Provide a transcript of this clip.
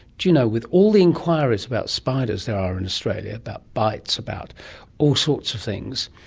do you know, with all the enquiries about spiders there are in australia, about bites, about all sorts of things,